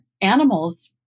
animals